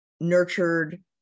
nurtured